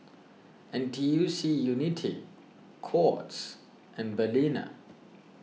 N T U C Unity Courts and Balina